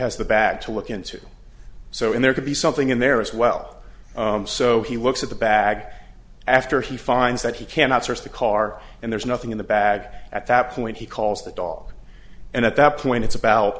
has the bag to look into so in there could be something in there as well so he looks at the bag after he finds that he cannot search the car and there's nothing in the bag at that point he calls the dog and at that point it's about